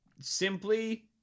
simply